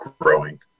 growing